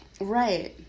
Right